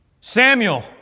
Samuel